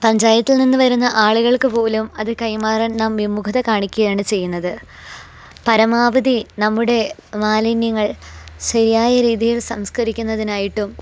പഞ്ചായത്തിൽ നിന്ന് വരുന്ന ആളുകൾക്ക് പോലും അത് കൈമാറാൻ നാം വിമുഖത കാണിക്കുകയാണ് ചെയ്യുന്നത് പരമാവധി നമ്മുടെ മാലിന്യങ്ങൾ ശെരിയായ രീതിയിൽ സംസ്ക്കരിക്കുന്നതിനായിട്ടും